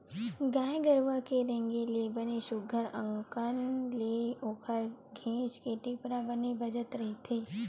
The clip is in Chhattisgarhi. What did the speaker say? गाय गरुवा के रेगे ले बने सुग्घर अंकन ले ओखर घेंच के टेपरा बने बजत रहिथे